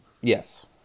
yes